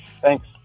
Thanks